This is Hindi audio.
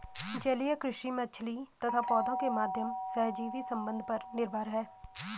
जलीय कृषि मछली तथा पौधों के माध्यम सहजीवी संबंध पर निर्भर है